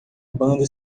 banda